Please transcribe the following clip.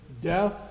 death